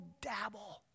dabble